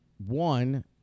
One